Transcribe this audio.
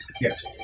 Yes